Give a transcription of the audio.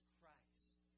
Christ